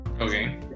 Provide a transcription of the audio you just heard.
Okay